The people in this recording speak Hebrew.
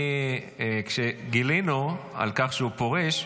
כשגילינו שהוא פורש,